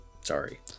sorry